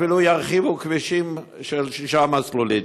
אפילו אם ירחיבו כבישים לשישה מסלולים.